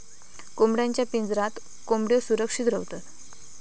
कोंबड्यांच्या पिंजऱ्यात कोंबड्यो सुरक्षित रव्हतत